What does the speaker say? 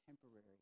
temporary